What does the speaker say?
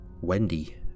Wendy